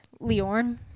Leorn